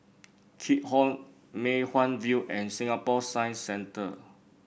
Keat Hong Mei Hwan View and Singapore Science Centre